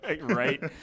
Right